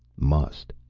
must!